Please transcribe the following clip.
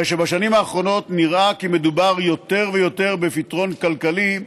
הרי בשנים האחרונות נראה כי מדובר יותר ויותר בפתרון כלכלי,